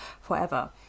forever